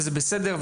וזה בסדר,